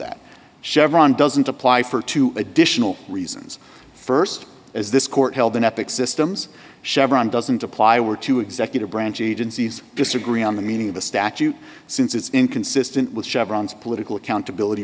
that chevron doesn't apply for two additional reasons st as this court held in epic systems chevron doesn't apply were two executive branch agencies disagree on the meaning of the statute since it's inconsistent with chevrons political accountability